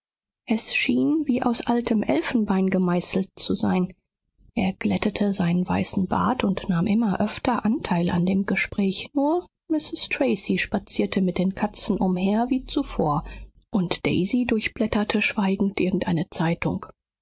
es schien wie aus altem elfenbein gemeißelt zu sein er glättete seinen weißen bart und nahm immer öfter anteil an dem gespräch nur mrs tracy spazierte mit den katzen umher wie zuvor und daisy durchblätterte schweigend irgendeine zeitung